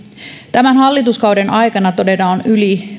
tämän hallituskauden aikana todella on yli